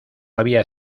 había